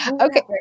Okay